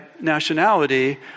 nationality